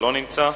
שלא נמצא.